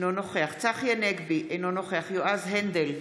אינו נוכח צחי הנגבי, אינו נוכח יועז הנדל,